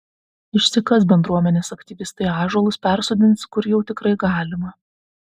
išsikas bendruomenės aktyvistai ąžuolus persodins kur jau tikrai galima